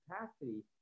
capacity